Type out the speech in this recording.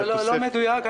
לא מדויק.